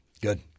Good